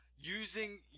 using